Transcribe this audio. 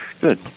Good